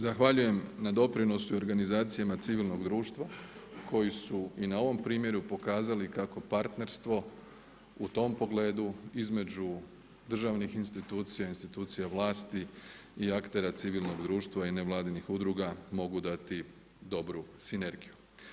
Zahvaljujem na doprinosu i organizacijama civilnog društva koji su i na ovom primjeru pokazali kako partnerstvo u tom pogledu između državnih institucija, institucija vlasti i aktera civilnog društva i nevladinih udruga mogu dati dobru sinergiju.